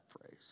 phrase